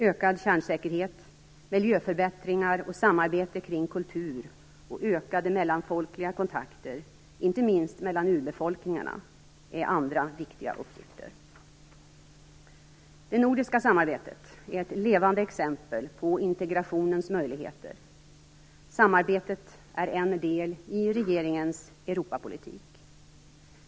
Ökad kärnsäkerhet, miljöförbättringar och samarbete kring kultur och ökade mellanfolkliga kontakter, inte minst mellan urbefolkningarna, är andra viktiga uppgifter. Det nordiska samarbetet är ett levande exempel på integrationens möjligheter. Samarbetet är en del i regeringens Europapolitik.